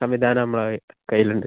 സംവിധാനം നമ്മുടെ കയ്യിലുണ്ട്